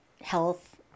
health